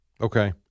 Okay